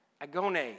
agone